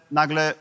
nagle